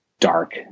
dark